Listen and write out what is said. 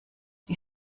die